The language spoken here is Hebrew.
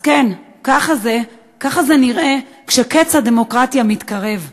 אז כן, ככה זה נראה כשקץ הדמוקרטיה מתקרב.